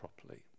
properly